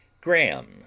graham